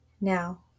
Now